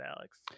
alex